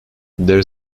their